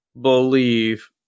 believe